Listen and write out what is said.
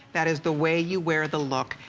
that is the way you wear the look.